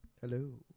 Hello